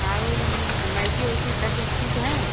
आउर मैगी वैगी सब ज चीज़ है